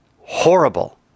horrible